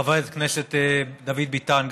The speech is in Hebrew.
חבר הכנסת דוד ביטן,